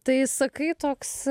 tai sakai toks